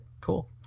cool